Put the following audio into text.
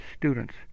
students